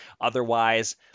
otherwise